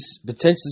potentially